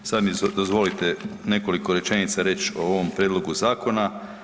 Sad mi dozvolite nekoliko rečenica reći o ovom prijedlogu zakona.